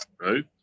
Right